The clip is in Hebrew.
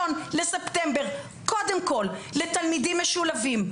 בספטמבר קודם כול לתלמידים משולבים,